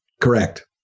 Correct